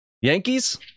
Yankees